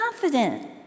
confident